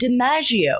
DiMaggio